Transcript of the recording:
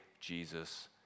Jesus